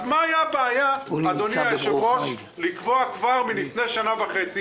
אז מה היתה הבעיה אדוני היושב ראש לקבוע כבר מלפני שנה וחצי,